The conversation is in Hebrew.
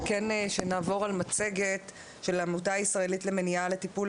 כן שנעבור על מצגת של עמותה ישראלית למניעה ולטיפול